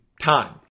time